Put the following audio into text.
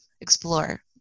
explore